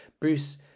Bruce